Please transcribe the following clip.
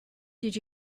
did